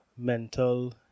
mental